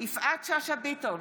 יפעת שאשא ביטון,